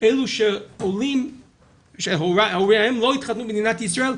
אלה שהוריהם לא התחתנו במדינת ישראל,